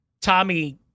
Tommy